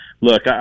Look